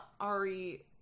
Ari